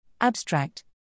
Abstract